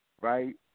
right